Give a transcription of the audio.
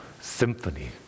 symphony